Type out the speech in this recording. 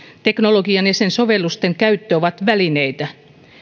teknologian ja sen sovellusten käyttö ovat välineitä